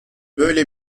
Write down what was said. böyle